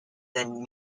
than